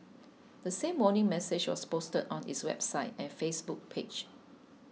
the same warning message was posted on its website and Facebook page